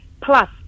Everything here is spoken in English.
plus